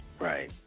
Right